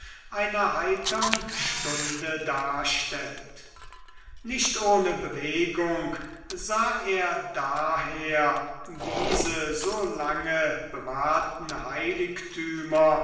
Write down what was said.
einer heitern stunde darstellt nicht ohne bewegung sah er daher diese so lange bewahrten heiligtümer